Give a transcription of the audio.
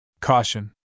Caution